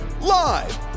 live